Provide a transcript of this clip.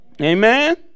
Amen